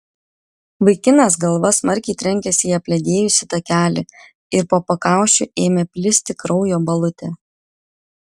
vaikinas galva smarkiai trenkėsi į apledėjusį takelį ir po pakaušiu ėmė plisti kraujo balutė